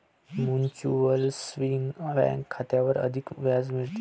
mutual saving bank खात्यावर अधिक व्याज मिळते